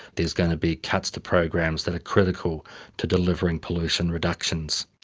there's going to be cuts to programs that are critical to delivering pollution reductions.